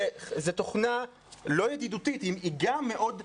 זאת תוכנה לא ידידותית, היא גם מאוד אגרסיבית,